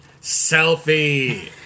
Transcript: selfie